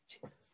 Jesus